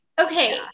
Okay